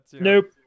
Nope